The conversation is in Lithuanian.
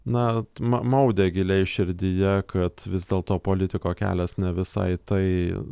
na mau maudė giliai širdyje kad vis dėl to politiko kelias ne visai tai